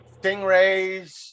stingrays